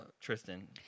Tristan